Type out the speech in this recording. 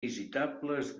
visitables